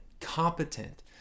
competent